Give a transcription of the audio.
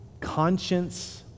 conscience